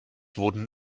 wurden